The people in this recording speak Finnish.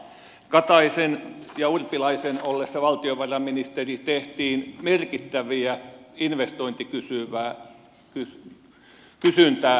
kataisen aikana ja urpilaisen ollessa valtiovarainministeri tehtiin merkittäviä investointikysyntää tukevia palveluja